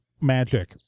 Magic